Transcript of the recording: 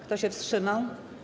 Kto się wstrzymał?